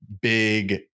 big